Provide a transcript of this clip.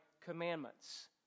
commandments